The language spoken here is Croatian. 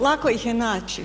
Lako ih je naći.